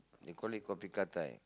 we call it kopi Ga Dai